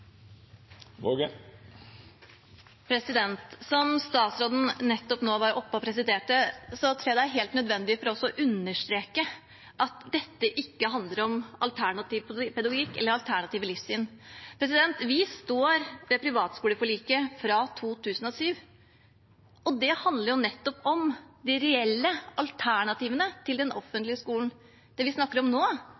Som statsråden nettopp var oppe og sa, er det helt nødvendig for oss å understreke at dette ikke handler om alternativ pedagogikk eller alternative livssyn. Vi står ved privatskoleforliket fra 2007. Det handlet nettopp om de reelle alternativene til den